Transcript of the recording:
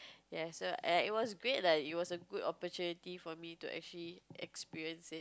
ya so !aiya! it was great lah it was a good opportunity for me to actually experience